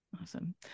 Awesome